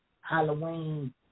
Halloween